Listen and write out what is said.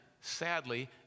sadly